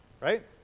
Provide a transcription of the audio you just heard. Right